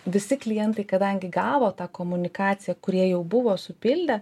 visi klientai kadangi gavo tą komunikaciją kurie jau buvo supildę